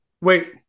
wait